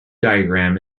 diagram